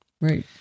Right